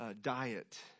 diet